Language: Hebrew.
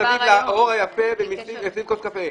מסביב לאור היפה ועם כוס קפה.